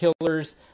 killers